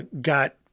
got